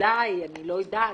אני לא יודעת,